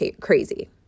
crazy